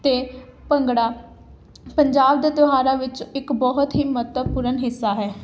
ਅਤੇ ਭੰਗੜਾ ਪੰਜਾਬ ਦੇ ਤਿਉਹਾਰਾਂ ਵਿੱਚ ਇੱਕ ਬਹੁਤ ਹੀ ਮਹੱਤਵਪੂਰਨ ਹਿੱਸਾ ਹੈ